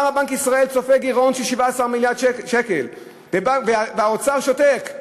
למה בנק ישראל צופה גירעון של 17 מיליארד שקל והאוצר שותק?